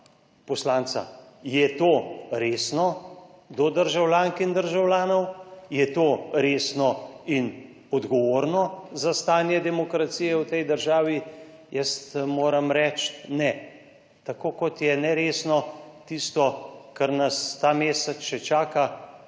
poslanca. Je to resno do državljank in državljanov, je to resno in odgovorno za stanje demokracije v tej državi? Jaz moram reči ne. Tako kot je neresno tisto, kar nas ta mesec še čaka.